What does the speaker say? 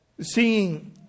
seeing